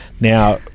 Now